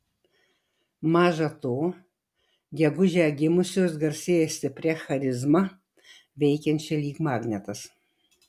maža to gegužę gimusios garsėja stipria charizma veikiančia lyg magnetas